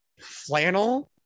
flannel